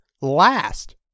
last